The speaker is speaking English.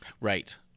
right